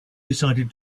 decided